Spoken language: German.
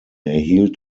erhielt